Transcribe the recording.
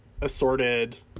assorted